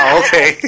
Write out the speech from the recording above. okay